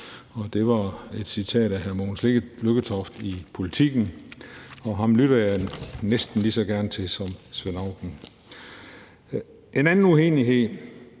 Det er et citat fra hr. Mogens Lykketoft i Politiken, og ham lytter jeg næsten lige så gerne til som Svend Auken. En anden uenighed